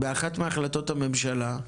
באחת מהחלטות הממשלה,